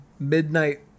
midnight